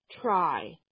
try